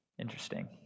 Interesting